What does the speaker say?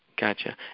Gotcha